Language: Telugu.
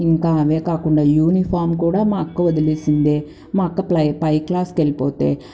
ఇంకా అవే కాకుండా యూనిఫామ్ కూడా మా అక్క వదిలేసిందే మా అక్క పై పై క్లాస్కెళ్ళిపోతే